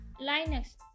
Linux